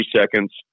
seconds